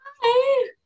Hi